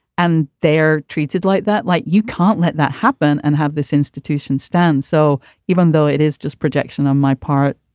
and they are treated like that, like you can't let that happen and have this institution stand. so even though it is just projection on my part,